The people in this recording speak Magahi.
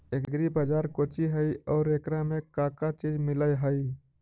एग्री बाजार कोची हई और एकरा में का का चीज मिलै हई?